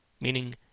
Meaning